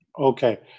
Okay